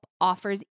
offers